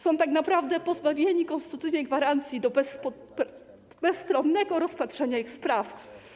Są tak naprawdę pozbawieni konstytucyjnej gwarancji bezstronnego rozpatrzenia ich spraw.